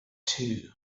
too